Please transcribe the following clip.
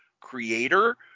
creator